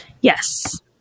Yes